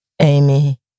Amy